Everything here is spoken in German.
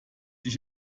ich